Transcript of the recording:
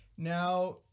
Now